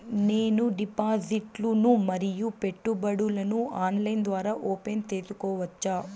నేను డిపాజిట్లు ను మరియు పెట్టుబడులను ఆన్లైన్ ద్వారా ఓపెన్ సేసుకోవచ్చా?